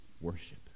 worship